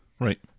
Right